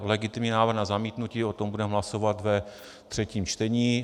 Legitimní návrh na zamítnutí o tom budeme hlasovat ve třetím čtení.